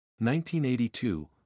1982